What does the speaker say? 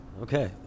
Okay